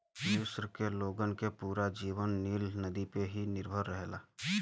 मिस्र के लोगन के पूरा जीवन नील नदी पे ही निर्भर करेला